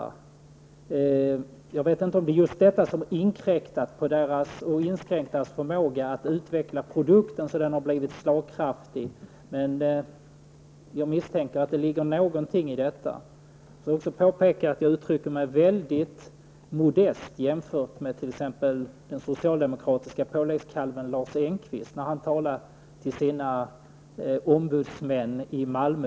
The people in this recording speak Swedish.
Jag vet inte om det är just detta som har inskränkt dess förmåga att utveckla produkten så att den blivit slagkraftig, men jag misstänker att det ligger någonting i det. Jag vill också påpeka att jag uttrycker mig väldigt modest jämfört med vad den socialdemokratiska påläggskalven Lars Engqvist gjorde när han i dag talade till sina ombudsmän i Malmö.